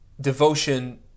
devotion